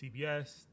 CBS